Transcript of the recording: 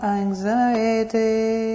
anxiety